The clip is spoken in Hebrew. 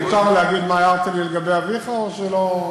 מותר לי להגיד מה הערת לי לגבי אביך, או שלא?